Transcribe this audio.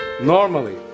normally